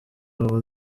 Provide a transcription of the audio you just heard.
habo